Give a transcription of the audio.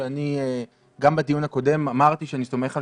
שגם בדיון הקודם אמרתי שאני סומך על